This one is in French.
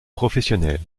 professionnels